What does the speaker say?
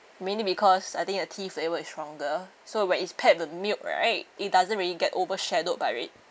mainly because I think a tea flavour is stronger so when it's paired with milk right it doesn't really get overshadowed by it